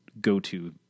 go-to